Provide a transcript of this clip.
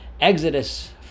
Exodus